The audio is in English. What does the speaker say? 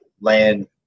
land